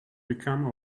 become